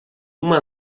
uma